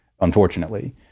unfortunately